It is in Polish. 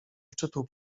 szczytu